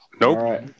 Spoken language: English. nope